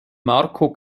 marko